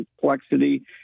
complexity